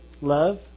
love